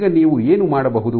ಈಗ ನೀವು ಏನು ಮಾಡಬಹುದು